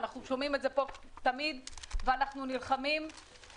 אנחנו שומעים את זה פה תמיד ואנחנו נלחמים עבורכם.